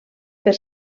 per